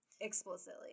explicitly